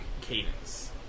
cadence